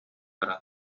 баран